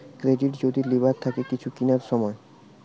credit যদি লিবার থাকে কিছু কিনার সময়